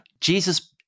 Jesus